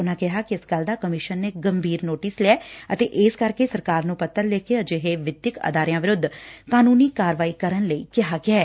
ਉਨੁਾਂ ਕਿਹਾ ਕੈ ਇਸ ਗੱਲ ਦਾ ਕਮਿਸ਼ਨ ਨੇ ਗੰਭੀਰ ਨੋਟਿਸ ਲਿਐ ਅਤੇ ਇਸੇ ਕਰਕੇ ਸਰਕਾਰ ਨੰ ਪੱਤਰ ਲਿਖ ਕੇ ਅਜਿਹੇ ਵਿਦਿਅਕ ਅਦਾਰਿਆਂ ਵਿਰੁੱਧ ਕਾਨੰਨੀ ਕਾਰਵਾਈ ਕਰਨ ਲਈ ਕਿਹਾ ਗਿਐ